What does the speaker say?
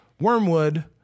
Wormwood